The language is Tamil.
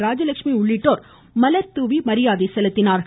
ராஜலட்சுமி உள்ளிட்டோர் மலர்தூவி மரியாதை செலுத்தின்